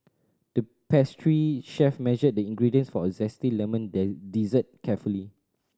the pastry chef measured the ingredients for a zesty lemon dessert carefully